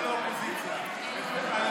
של האופוזיציה.